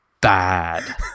bad